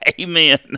Amen